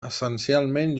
essencialment